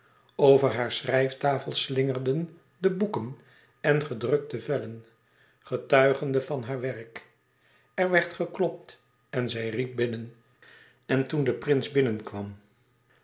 over hare schrijftafel slingerden de boeken en gedrukte vellen getuigende van haar werk er werd geklopt en zij riep binnen en toen de prins binnenkwam